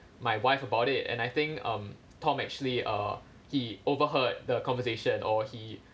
my wife about it and I think um tom actually uh he overheard the conversation or he